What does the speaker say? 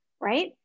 right